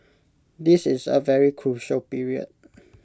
this is A very crucial period